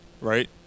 right